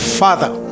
father